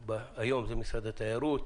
היום יגיעו נציגים ממשרד התיירות,